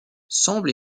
semble